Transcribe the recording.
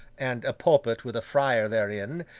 and a pulpit with a friar therein,